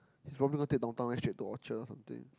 he's probably gonna take Downtown Line straight to Orchard or something